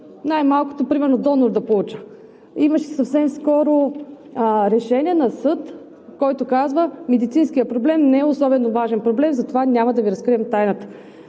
най-малкото, примерно донор да получат. Имаше съвсем скоро решение на съд, който казва: медицинският проблем не е особено важен проблем, затова няма да Ви разкрием тайната.